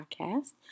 podcast